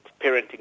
parenting